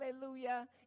hallelujah